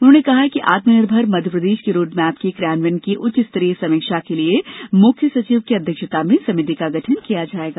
उन्होंने कहा कि आत्मनिर्भर मध्यप्रदेश के रोडमैप के क्रियान्वयन की उच्च स्तरीय समीक्षा के लिए मुख्य सचिव की अध्यक्षता में समिति का गठन किया जाएगा